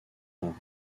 pas